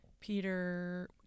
Peter